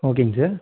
ஓகேங்க சார்